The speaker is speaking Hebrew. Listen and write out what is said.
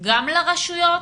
גם לרשויות